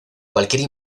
cualquier